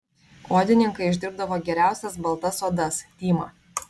odininkai išdirbdavo geriausias baltas odas tymą